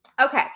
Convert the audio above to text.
Okay